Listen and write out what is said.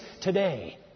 today